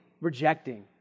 rejecting